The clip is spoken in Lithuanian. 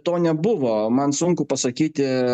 to nebuvo man sunku pasakyti